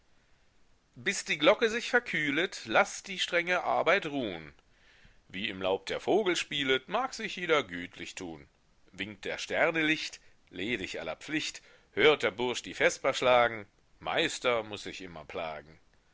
bis die glocke sich verkühlet laßt die strenge arbeit ruhn wie im laub der vogel spielet mag sich jeder gütlich tun winkt der sterne licht ledig aller pflicht hört der bursch die vesper schlagen meister muß sich immer plagen